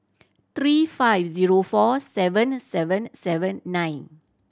three five zero four seven seven seven nine